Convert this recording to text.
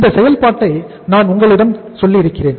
இந்த செயல்பாட்டை நான் உங்களிடம் சொல்லியிருக்கிறேன்